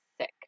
sick